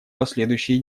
последующие